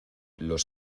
los